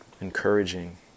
encouraging